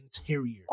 interior